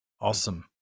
Awesome